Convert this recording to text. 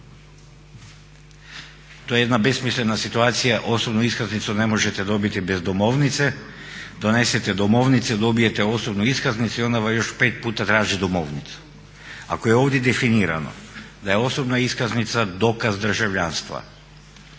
To je jedna besmislena situacija. Osobnu iskaznicu ne možete dobiti bez domovnice. Donesete domovnicu, dobijete osobnu iskaznicu i onda vas još pet puta traže domovnicu. Ako je ovdje definirano da je osobna iskaznica dokaz državljanstva,